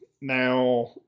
now